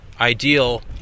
ideal